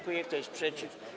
Kto jest przeciw?